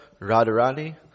Radharani